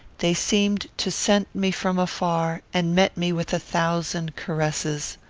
they seemed to scent me from afar, and met me with a thousand caresses.